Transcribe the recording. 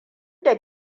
da